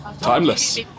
Timeless